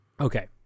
Okay